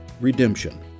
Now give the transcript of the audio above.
Redemption